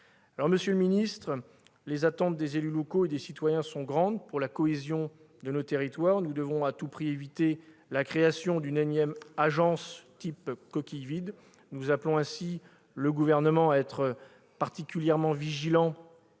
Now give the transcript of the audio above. Monsieur le ministre, les attentes des élus locaux et des citoyens sont grandes pour la cohésion de nos territoires. Nous devons à tout prix éviter la création d'une énième agence de type « coquille vide ». Nous appelons ainsi le Gouvernement à être particulièrement vigilant